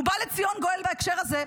ובא לציון גואל בהקשר הזה.